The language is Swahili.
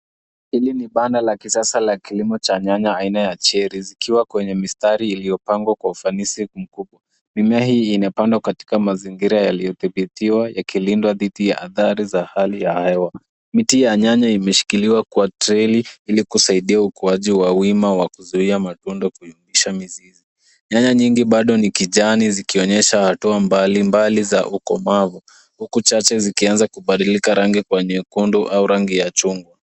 Hili banda la kisasa la kilimo cha nyanya aina ya cherries , likiwa kwenye mistari iliyopangwa kwa ufanisi mkubwa. Mimea hii imepandwa katika mazingira yaliyodhibitiwa yakilindwa dhidi ya athari za hali ya hewa. Miti ya nyanya imeshikiliwa kwa treli, ili kusaidia ukuaji wa wima wa kuzuia matunda kuiguza mizizi. Nyanya nyingi bado ni kijani zikionyesha hatua mbalimbali za ukomavu, huku chache zikianza kubadilika rangi kwa nyekundu au rangi ya chungwa.